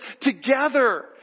together